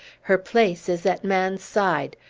her place is at man's side.